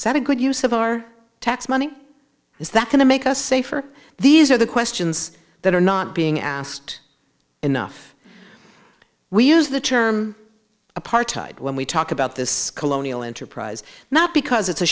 that a good use of our tax money is that going to make us safer these are the questions that are not being asked enough we use the term apartheid when we talk about this colonial enterprise not because it's a